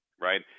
right